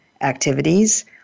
activities